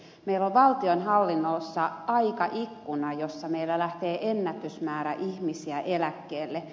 meillä on valtionhallinnossa aikaikkuna jossa meillä lähtee ennätysmäärä ihmisiä eläkkeelle